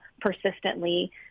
persistently